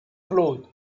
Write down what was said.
claude